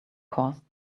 course